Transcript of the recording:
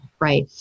right